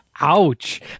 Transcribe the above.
Ouch